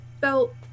felt